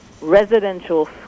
residential